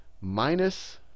minus